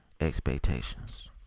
expectations